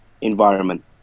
environment